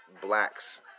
blacks